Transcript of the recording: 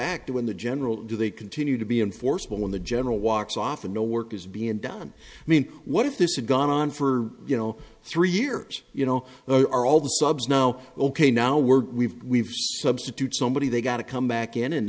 act when the general do they continue to be enforceable in the general walks off and no work is being done i mean what if this had gone on for you know three years you know there are all the subs now ok now we're we've we've substitute somebody they gotta come back in and